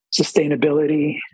sustainability